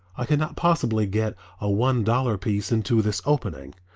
i could not possibly get a one dollar piece into this opening.